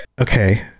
Okay